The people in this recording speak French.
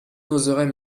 n’oserait